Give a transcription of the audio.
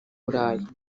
burayi